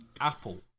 apple